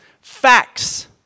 facts